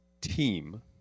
team